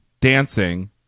dancing